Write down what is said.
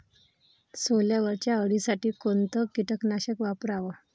सोल्यावरच्या अळीसाठी कोनतं कीटकनाशक वापराव?